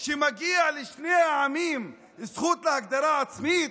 שמגיעה לשני העמים זכות להגדרה עצמית?